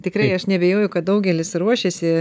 tikrai aš neabejoju kad daugelis ruošėsi